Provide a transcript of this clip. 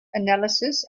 analysis